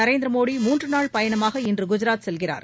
நரேந்திர மோடி மூன்று நாள் பயணமாக இன்று குஜராத் செல்கிறார்